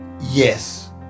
Yes